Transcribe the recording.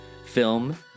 Film